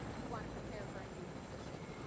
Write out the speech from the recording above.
you want to prepare for a new position